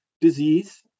disease